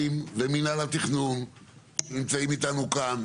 ומינהל התכנון שנמצאים איתנו כאן,